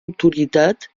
autoritat